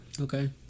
Okay